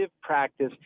practice